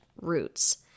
roots